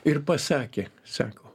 ir pasakė sako